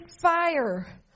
fire